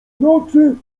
nocy